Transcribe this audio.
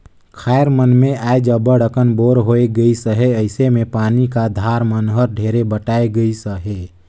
खाएर मन मे आएज अब्बड़ अकन बोर होए गइस अहे अइसे मे पानी का धार मन हर ढेरे बटाए गइस अहे